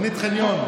תוכנית חניון.